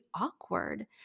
awkward